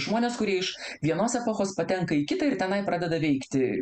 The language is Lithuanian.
žmonės kurie iš vienos epochos patenka į kitą ir tenai pradeda veikti